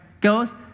goes